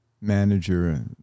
manager